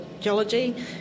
geology